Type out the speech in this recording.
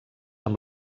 amb